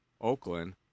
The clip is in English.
Oakland